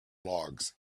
logs